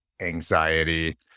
anxiety